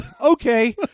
Okay